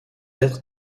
être